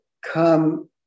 come